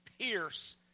pierce